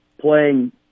playing